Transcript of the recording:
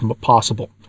possible